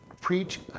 preach